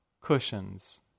cushions